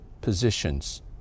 positions